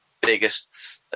biggest